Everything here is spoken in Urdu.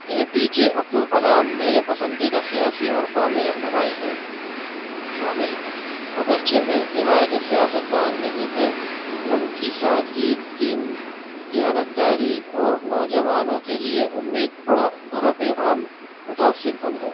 اے پی جے عبد الکلام میرے پسندیدہ سیاسی اور قومی رہنمائی ہیں شامل ہیں اگرچہ وہ روایت سیاست دان نہیں تھے ان کی سادگی دین دیانت داری اور نوجوانوں کے لیے امید بڑا بھرا پیغام متاثر کن ہے